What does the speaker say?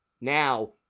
now